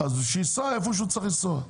אז שיסע איפה שהוא צריך לנסוע.